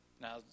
Now